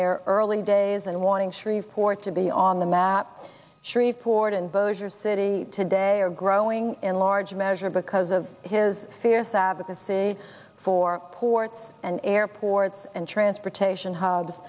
their early days and warning shreveport to be on the map shreveport and bowser city today are growing in large measure because of his fierce advocacy for ports and airports and transportation hubs